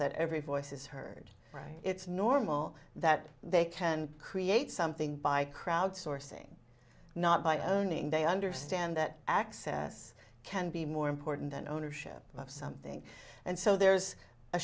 that every voice is heard right it's normal that they can create something by crowdsourcing not by owning they understand that access can be more important than ownership of something and so there's a